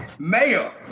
mayor